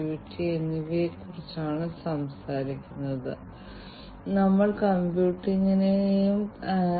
ഒരു രോഗിക്ക് ഇത് ഇതുപോലെ ഘടിപ്പിക്കാനാകുമെന്ന് നിങ്ങളെ കാണിക്കാൻ എനിക്ക് ഇത് ഉപയോഗിക്കാം